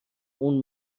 اون